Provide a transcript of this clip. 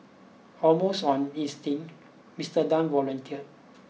almost on instinct Mister Tan volunteered